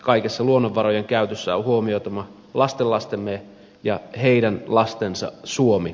kaikessa luonnonvarojen käytössä on huomioitava lastenlastemme ja heidän lastensa suomi